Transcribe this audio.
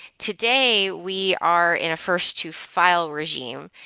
today, we are in a first to file regime,